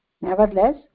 nevertheless